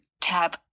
Tab